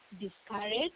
discouraged